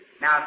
Now